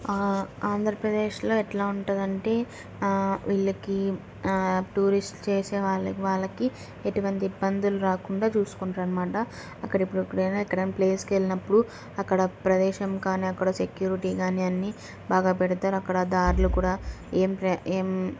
ఆంధ్రప్రదేశ్లో ఎలా ఉంటుందంటే వీళ్ళకి టూరిస్ట్ చేసే వాళ్ళ వాళ్ళకి ఎటువంటి ఇబ్బందులు రాకుండా చూసుకుంటారనమాట అక్కడప్పుడు ఇక్కడైనా ఎక్కడైనా ప్లేసుకి వెళ్ళినప్పుడు అక్కడ ప్రదేశం కానీ అక్కడ సెక్యూరిటీ కానీ అన్నీ బాగా పెడతారు అక్కడ దారిలో కూడా ఏం ఏం